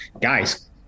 guys